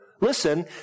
listen